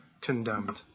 condemned